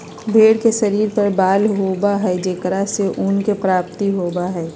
भेंड़ के शरीर पर बाल होबा हई जेकरा से ऊन के प्राप्ति होबा हई